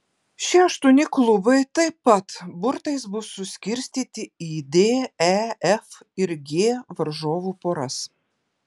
šie aštuoni klubai taip pat burtais bus suskirstyti į d e f ir g varžovų poras